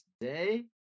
today